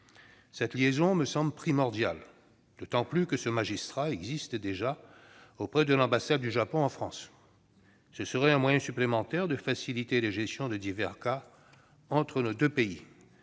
Cette liaison me semble primordiale, d'autant plus qu'un tel magistrat existe déjà auprès de l'ambassade du Japon en France. Ce serait un moyen supplémentaire de faciliter la gestion de divers cas entre nos deux pays.